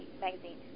magazine